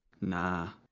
Nah